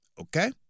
Okay